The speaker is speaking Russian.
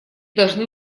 должны